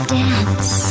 dance